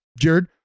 Jared